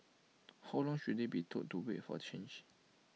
how long should they be told to wait for the change